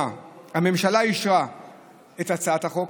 הממשלה אישרה את הצעת החוק,